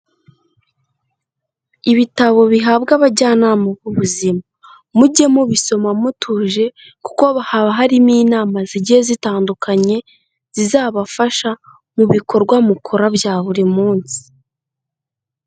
Ibitabo bihabwa abajyanama b'ubuzima. Mujye mubisoma mutuje, kuko haba harimo inama zigiye zitandukanye, zizabafasha mu bikorwa mukora bya buri munsi.